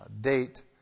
date